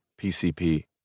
PCP